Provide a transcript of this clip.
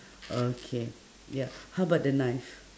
okay ya how about the knife